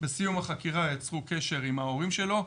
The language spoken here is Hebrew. בסיום החקירה יצרו קשר עם ההורים שלו,